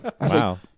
Wow